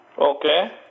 Okay